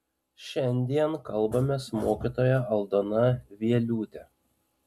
šiandien kalbamės su mokytoja aldona vieliūte